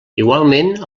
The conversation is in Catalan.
igualment